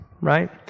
right